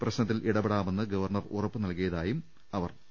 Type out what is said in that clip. പ്രശ്നത്തിൽ ഇടപെടാമെന്ന് ഗവർണർ ഉറപ്പുനൽകിയതായും അവർ പറഞ്ഞു